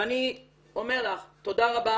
אני אומר לך תודה רבה